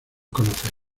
conocer